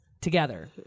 together